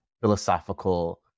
philosophical